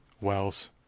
wells